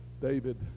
David